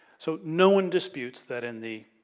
so, no on disputes that in the